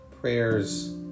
prayers